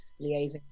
liaising